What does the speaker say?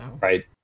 Right